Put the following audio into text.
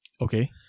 Okay